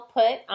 put